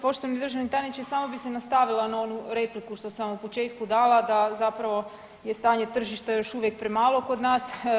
Poštovani državni tajniče samo bi se nastavila na onu repliku što sam vam u početku dala da zapravo je stanje tržišta još uvijek premalo kod nas.